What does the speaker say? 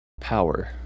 Power